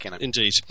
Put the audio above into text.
indeed